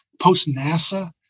post-NASA